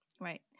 Right